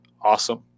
awesome